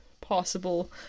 possible